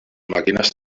màquines